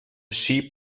sheep